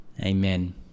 Amen